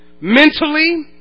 Mentally